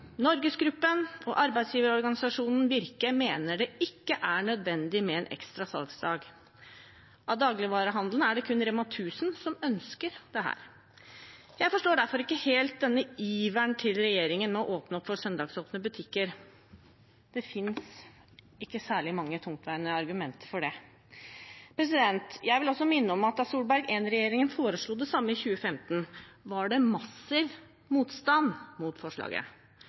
NorgesGruppen og arbeidsgiverorganisasjonen Virke mener det ikke er nødvendig med en ekstra salgsdag. Av dagligvarehandelen er det kun REMA 1000 som ønsker dette. Jeg forstår derfor ikke helt denne iveren til regjeringen etter å åpne opp for søndagsåpne butikker. Det finnes ikke særlig mange tungtveiende argumenter for det. Jeg vil også minne om at da Solberg I-regjeringen foreslo det samme i 2015, var det massiv motstand mot forslaget.